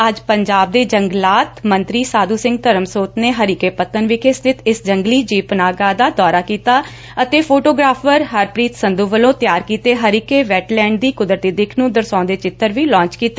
ਅੱਜ ਪੰਜਾਬ ਦੇ ਜੰਗਲਾਤ ਮੰਤਰੀ ਸਾਧੂ ਸਿੰਘ ਧਰਮਸੋਤ ਨੇ ਹਰੀਕੇ ਪਤਨ ਵਿਖੇ ਸਬਿਤ ਇਸ ਜੰਗਲੀ ਜੀਵ ਪਨਾਹਗਾਹ ਦਾ ਦੌਰਾ ਕੀਤਾ ਅਤੇ ਫੋਟੋਗ੍ਾਫਰ ਹਰਪ੍ੀਤ ਸੰਧੂ ਵੱਲੋਂ ਤਿਆਰ ਕੀਤੇ ਹਰੀਕੇ ਵੈਟਲੈਂਡ ਦੀ ਕੁਦਰਤੀ ਦਿੱਖ ਨੂੰ ਦਰਸਾਉਦੇ ਚਿੱਤਰ ਵੀ ਲਾਚ ਕੀਤੇ